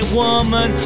woman